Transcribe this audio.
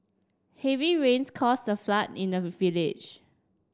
heavy rains cause a flood in the village